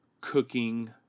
cooking